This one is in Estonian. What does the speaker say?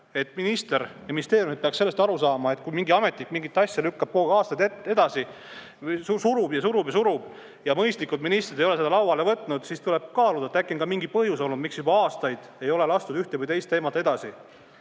et minister ja ministeerium peaks sellest aru saama, et kui mingi ametnik mingit asja lükkab aastaid edasi, surub ja surub ja surub, aga mõistlikud ministrid ei ole seda lauale võtnud, siis tuleb kaaluda, et äkki on mingi põhjus, miks juba aastaid ei ole lastud ühte või teist teemat edasi.